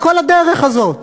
את כל הדרך הזאת.